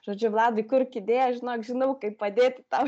žodžiu vladai kurk idėją žinok žinau kaip padėti tau